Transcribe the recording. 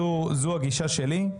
זו הגישה שלי.